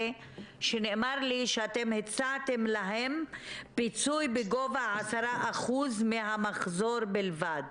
שנאמר לי שאתם הצעתם להם פיצוי בגובה 10% מהמחזור בלבד.